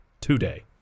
today